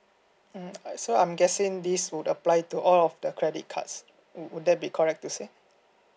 mm so I'm guessing this would apply to all of the credit cards would that be correct to say